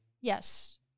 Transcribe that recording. Yes